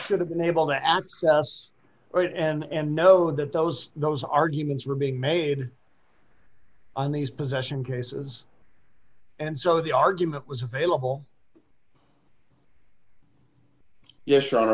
should have been able to access right and know that those those arguments were being made on these possession cases and so the argument was bailable ye